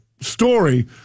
story